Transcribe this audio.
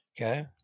Okay